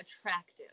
attractive